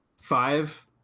five